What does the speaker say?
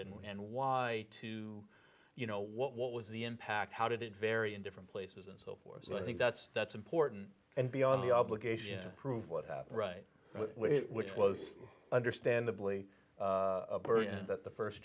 and why to you know what what was the impact how did it vary in different places and so forth and i think that's that's important and beyond the obligation to prove what happened right which was understandably that the first